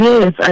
Yes